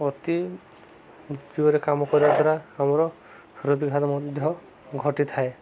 ଅତି ଜୋରରେ କାମ କରିବା ଦ୍ୱାରା ଆମର ହୃଦଘାତ ମଧ୍ୟ ଘଟିଥାଏ